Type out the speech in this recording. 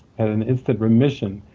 had an instant remission.